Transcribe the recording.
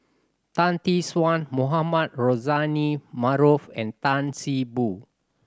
Tan Tee Suan Mohamed Rozani Maarof and Tan See Boo